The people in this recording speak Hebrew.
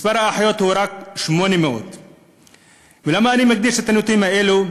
מספר האחיות הוא רק 800. ולמה אני מדגיש את הנתונים האלה?